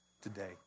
today